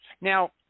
Now